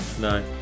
no